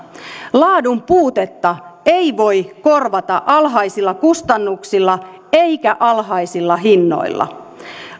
laadun puutetta ei voi korvata alhaisilla kustannuksilla eikä alhaisilla hinnoilla